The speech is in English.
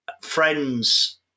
Friends